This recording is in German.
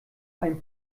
ein